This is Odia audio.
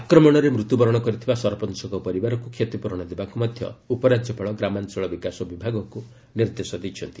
ଆକ୍ରମଣରେ ମୃତ୍ୟୁବରଣ କରିଥିବା ସରପଞ୍ଚଙ୍କ ପରିବାରକୁ କ୍ଷତିପୂରଣ ଦେବାକୁ ମଧ୍ୟ ଉପରାଜ୍ୟପାଳ ଗ୍ରାମାଞ୍ଚଳ ବିକାଶ ବିଭାଗକୁ ନିର୍ଦ୍ଦେଶ ଦେଇଛନ୍ତି